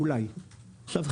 עכשיו,